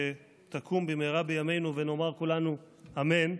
שתקום במהרה בימינו ונאמר כולנו אמן,